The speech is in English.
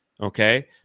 Okay